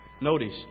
Notice